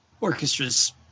orchestras